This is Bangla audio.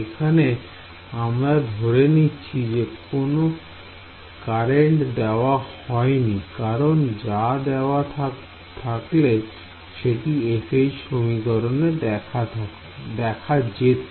এখানে আমরা ধরে নিচ্ছি যে কোন কারেন্ট দেওয়া হয়নি কারণ তা দেওয়া থাকলে সেটি সমীকরণ দেখা যেত